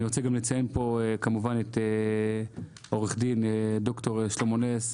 אני רוצה גם לציין פה כמובן את עו"ד ד"ר שלמה נס,